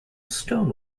stone